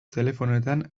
telefonoetan